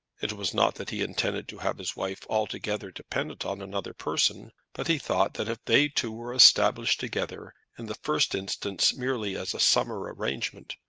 it was not that he intended to have his wife altogether dependent on another person, but he thought that if they two were established together, in the first instance merely as a summer arrangement,